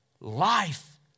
Life